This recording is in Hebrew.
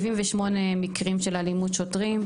78 מקרים של אלימות שוטרים,